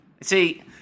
see